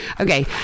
Okay